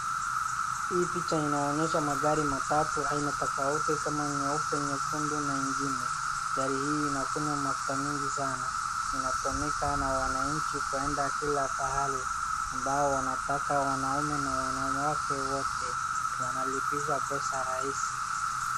Hii picha inaonyesha magari matatu aina tofauti kama nyeupe, nyekundu na ingine. Gari hii inakunywa mafuta mingi sana inatumika na wananchi kwenda kila mahali ambao wanataka wanaume na wanawake wote wanalipisha pesa rahisi.